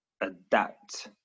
adapt